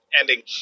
ending